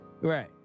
Right